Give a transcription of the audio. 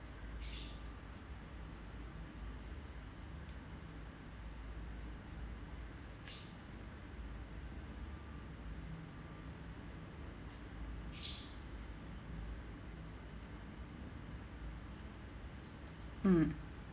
mm